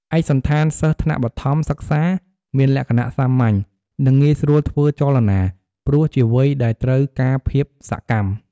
ឯកសណ្ឋានសិស្សថ្នាក់បឋមសិក្សាមានលក្ខណៈសាមញ្ញ និងងាយស្រួលធ្វើចលនា ព្រោះជាវ័យដែលត្រូវការភាពសកម្ម។